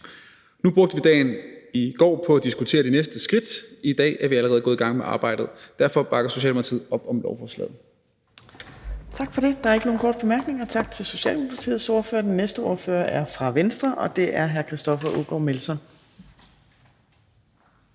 Nu brugte vi dagen i går på at diskutere de næste skridt. I dag er vi allerede gået i gang med arbejdet. Derfor bakker Socialdemokratiet op om lovforslaget. Kl. 11:01 Fjerde næstformand (Trine Torp): Tak for det. Der er ikke nogen korte bemærkninger. Tak til Socialdemokratiets ordfører. Den næste ordfører er fra Venstre, og det er hr. Christoffer Aagaard Melson.